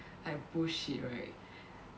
like bullshit right